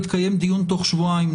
יתקיים דיון נוסף תוך שבועיים,